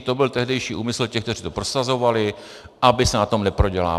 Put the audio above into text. To byl tehdejší úmysl těch, kteří to prosazovali, aby se na tom neprodělávalo.